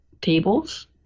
tables